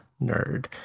nerd